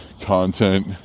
content